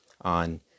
on